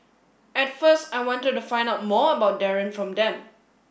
at first I wanted to find out more about Darren from them